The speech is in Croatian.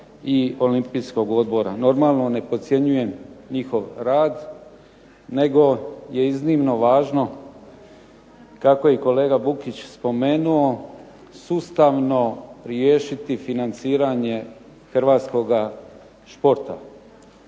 i olimpijskog odbora. Normalno ne podcjenjujem njihov rad, nego je iznimno važno kako je kolega Bukić spomenuo sustavno riješiti financiranje hrvatskoga športa.